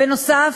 בנוסף,